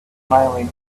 smiling